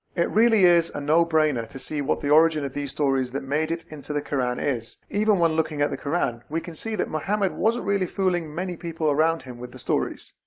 it really is a no brainer to see what the origin of these stories that made it into the quran is. even when looking at the quran, we can see that muhammad wasn't really fooling many people around him with the stories.